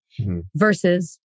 versus